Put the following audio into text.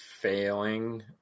failing